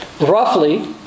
Roughly